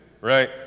Right